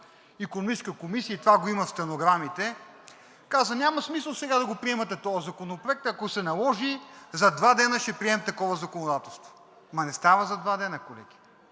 Икономическата комисия, и това го има в стенограмите, каза: няма смисъл сега да го приемате този законопроект, ако се наложи, за два дни ще приемем такова законодателство. Ама не става за два дни, колеги,